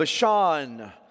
Bashan